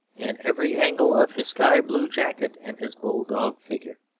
in every angle of his sky-blue jacket and his bulldog figure.